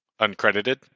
uncredited